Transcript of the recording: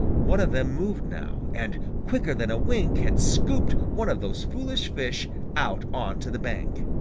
one of them moved now, and quicker than a wink had scooped one of those foolish fish out on to the bank.